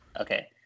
okay